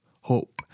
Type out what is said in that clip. hope